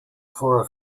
for